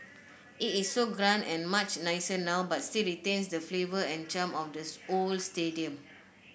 it is so grand and much nicer now but still retains the flavour and charm of the old stadium